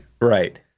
Right